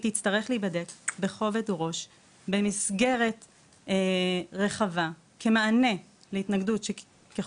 היא תצטרך להיבדק בכובד ראש במסגרת רחבה כמענה להתנגדות ששכל